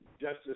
Justice